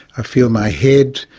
i feel my head,